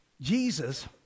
Jesus